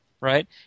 right